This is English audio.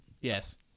Yes